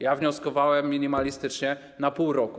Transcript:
Ja wnioskowałem minimalistycznie, na pół roku.